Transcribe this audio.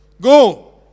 Go